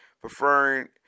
preferring